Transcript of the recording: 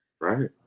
Right